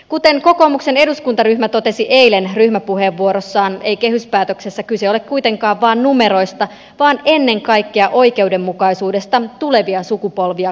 kuten kokoomuksen eduskuntaryhmä totesi eilen ryhmäpuheenvuorossaan ei kehyspäätöksessä kyse ole kuitenkaan vain numeroista vaan ennen kaikkea oikeudenmukaisuudesta tulevia sukupolvia kohtaan